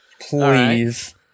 Please